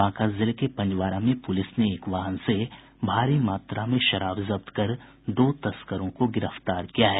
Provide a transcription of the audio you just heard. बांका जिले के पंजवारा में पुलिस ने एक वाहन से भारी मात्रा में शराब जब्त कर दो तस्करों को गिरफतार किया है